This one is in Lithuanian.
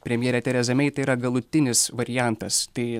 premjerė tereza mei tai yra galutinis variantas tai